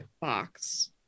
box